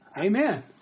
Amen